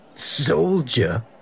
Soldier